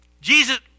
Jesus